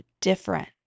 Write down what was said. different